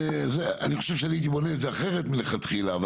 אני הייתי בונה את זה אחרת מלכתחילה.